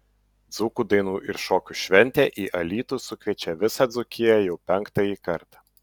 dzūkų dainų ir šokių šventė į alytų sukviečia visą dzūkiją jau penktąjį kartą